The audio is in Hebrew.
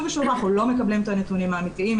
ושוב אנחנו לא מקבלים את הנתונים האמיתיים,